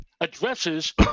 addresses